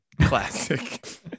Classic